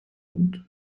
und